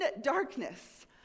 darkness